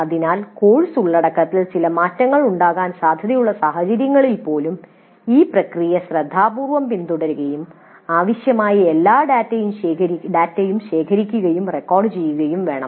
അതിനാൽ കോഴ്സ് ഉള്ളടക്കങ്ങളിൽ ചില മാറ്റങ്ങൾ ഉണ്ടാകാൻ സാധ്യതയുള്ള സാഹചര്യങ്ങളിൽ പോലും ഈ പ്രക്രിയ ശ്രദ്ധാപൂർവ്വം പിന്തുടരുകയും ആവശ്യമായ എല്ലാ ഡാറ്റയും ശേഖരിക്കുകയും റെക്കോർഡു ചെയ്യുകയും വേണം